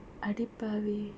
அடி பாவி:adi paavi